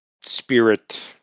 spirit